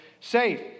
safe